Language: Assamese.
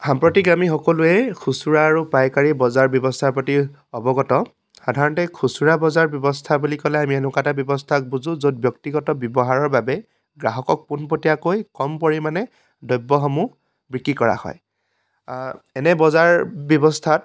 সাম্প্ৰতিক আমি সকলোৱে খুচুৰা আৰু পাইকাৰী বজাৰ ব্যৱস্থাৰ প্ৰতি অৱগত সাধাৰণতে খুচুৰা বজাৰ ব্যৱস্থা বুলি ক'লে আমি এনেকুৱা এটা ব্যৱস্থাক বুজোঁ য'ত ব্যক্তিগত ব্যৱহাৰৰ বাবে গ্ৰাহকক পোনপটীয়াকৈ কম পৰিমাণে দ্ৰব্যসমূহ বিক্ৰী কৰা হয় এনে বজাৰ ব্যৱস্থাত